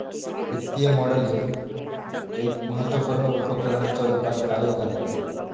वित्तीय मॉडलिंग एक महत्त्वपुर्ण उपकरणाच्या रुपात कार्य करता